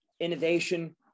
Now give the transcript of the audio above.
innovation